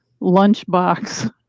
Lunchbox